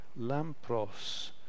lampros